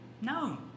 No